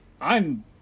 I'm-